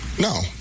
No